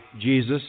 Jesus